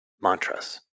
mantras